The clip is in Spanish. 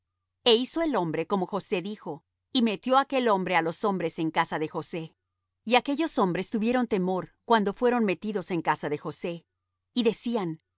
e hizo el hombre como josé dijo y metió aquel hombre á los hombres en casa de josé y aquellos hombres tuvieron temor cuando fueron metidos en casa de josé y decían